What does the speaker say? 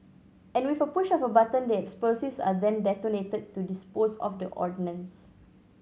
and with a push of a button the explosives are then detonated to dispose of the ordnance